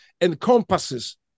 encompasses